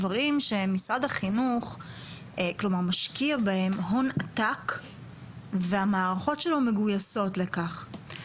דברים שמשרד החינוך משקיע בהם הון עתק והערכות שלו מגוייסות לכך.